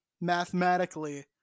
mathematically